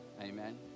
Amen